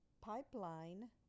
pipeline